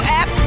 app